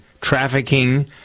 trafficking